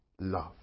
love